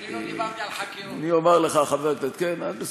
אני אומר לך, חבר הכנסת, אני לא דיברתי על חקירות.